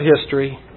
history